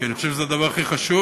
כי אני חושב שזה הדבר הכי חשוב.